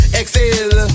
exhale